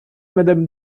madame